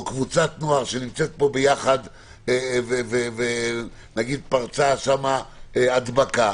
קבוצת נוער שנמצאת פה יחד ופרצה שם הדבקה,